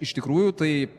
iš tikrųjų tai